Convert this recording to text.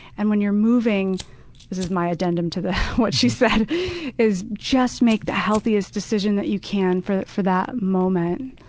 and when you're moving this is my addendum to what she said is just make the healthiest decision that you can for that for that moment.